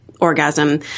Orgasm